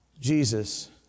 Jesus